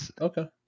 Okay